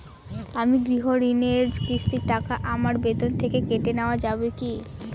আমার গৃহঋণের কিস্তির টাকা আমার বেতন থেকে কেটে নেওয়া যাবে কি?